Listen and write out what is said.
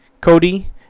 cody